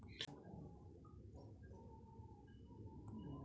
UPI से एक बार मे ज्यादा से ज्यादा केतना पैसा जमा निकासी हो सकनी हो?